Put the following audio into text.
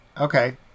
Okay